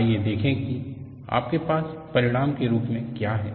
आइए देखें कि आपके पास परिणाम के रूप में क्या है